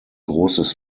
großes